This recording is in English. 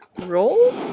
roll.